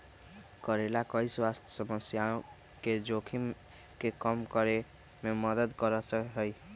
करेला कई स्वास्थ्य समस्याओं के जोखिम के कम करे में मदद कर सका हई